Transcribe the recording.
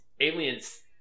Aliens